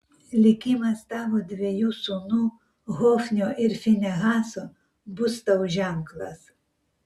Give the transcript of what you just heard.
likimas tavo dviejų sūnų hofnio ir finehaso bus tau ženklas